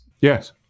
Yes